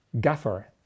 Gaffer